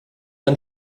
ein